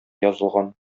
язылган